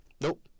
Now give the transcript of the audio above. Nope